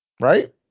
Right